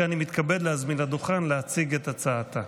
ואני מתכבד להזמין אותה לדוכן להציג את הצעתה.